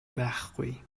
байхгүй